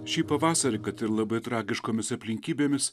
šį pavasarį kad ir labai tragiškomis aplinkybėmis